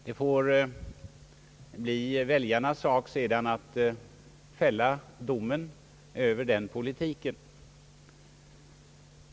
Det får sedan bli väljarnas sak att fälla domen över den politiken.